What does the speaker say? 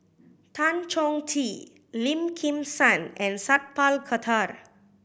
Tan Chong Tee Lim Kim San and Sat Pal Khattar